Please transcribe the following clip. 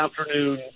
afternoon